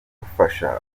gufasha